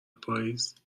پاییز